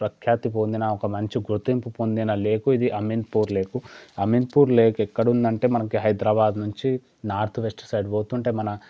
ప్రఖ్యాతి పొందిన ఒక మంచి గుర్తింపు పొందిన లేక్ ఇది Ameenpur lake Ameenpur lake ఎక్కడ ఉందంటే మనకి హైదరాబాద్ నుంచి నార్త్ వెస్ట్ సైడ్ బోతుంటే మన